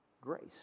grace